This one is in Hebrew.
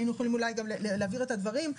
היינו יכולים אולי גם להבהיר את הדברים.